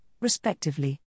respectively